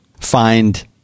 find